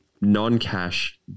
non-cash